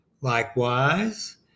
Likewise